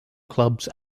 clubs